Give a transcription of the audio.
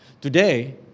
Today